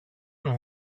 του